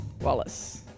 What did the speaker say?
Wallace